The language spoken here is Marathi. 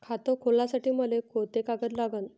खात खोलासाठी मले कोंते कागद लागन?